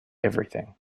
everything